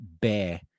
bear